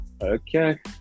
Okay